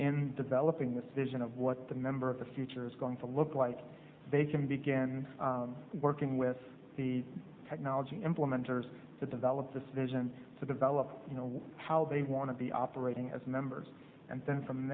and developing this vision of what the member of the future is going to look like they can begin working with the technology implementers to develop this vision to develop you know how they want to be operating as members and then from